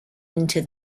into